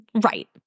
Right